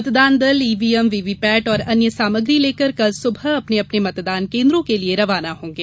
मतदान दल EVM VVPAT और अन्य सामग्री लेकर कल सुबह अपने अपने मतदान केन्द्रों के लिए रवाना होंगे